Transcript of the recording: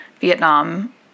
Vietnam